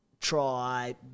Try